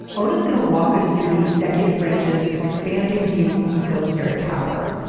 owen is going to walk us through the executive branch's expanding use of military power.